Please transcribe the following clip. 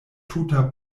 tuta